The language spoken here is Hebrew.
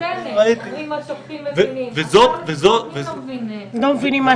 אם השר לביטחון פנים לא ידע מה עם התוכנות האלה,